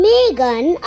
Megan